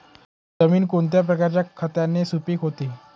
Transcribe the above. जमीन कोणत्या प्रकारच्या खताने सुपिक होते?